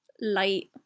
light